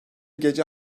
gece